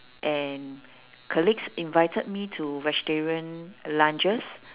and colleagues invited me to vegetarian lunches